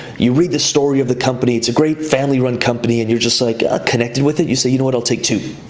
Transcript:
you read the story of the company, it's a great family run company. and you're just like ah connected with it. you say, you know what? i'll take two.